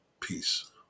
Peace